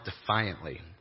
defiantly